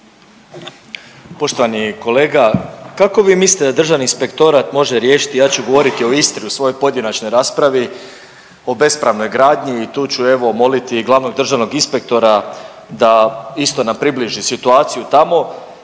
Poštovani kolega kako vi mislite da Državni inspektorat može riješiti, ja ću govoriti o Istri u svojoj pojedinačnoj raspravi o bespravnoj gradnji i tu ću evo moliti i glavnog državnog inspektora da isto nam približi situaciju tamo